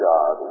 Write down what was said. God